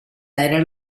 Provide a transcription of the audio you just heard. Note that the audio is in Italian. era